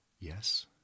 Yes